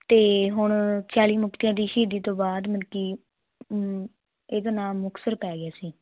ਤੇ ਹੁਣ ਚਾਲੀ ਮੁਕਤਿਆਂ ਦੀ ਸ਼ਹੀਦੀ ਤੋਂ ਬਾਅਦ ਮਤਲਬ ਕਿ ਇਹਦਾ ਨਾਮ ਮੁਕਤਸਰ ਪੈ ਗਿਆ ਸੀ